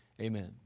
amen